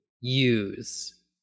use